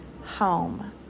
home